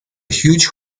huge